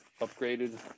upgraded